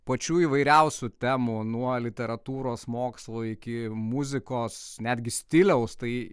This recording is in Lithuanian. pačių įvairiausių temų nuo literatūros mokslo iki muzikos netgi stiliaus tai